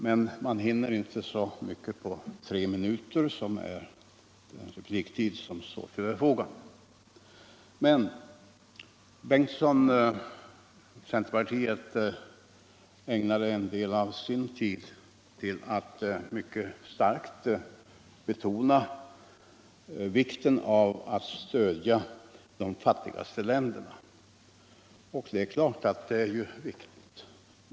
Men man hinner inte så mycket på tre minuter som är den repliktid som står till förfogande. Herr Torsten Bengtson, centerpartiet. ägnade en del av sin tid till att mycket starkt betona vikten av att stödja de fattigaste länderna. Det är klart att det är viktigt.